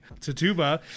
Tatuba